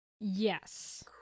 Yes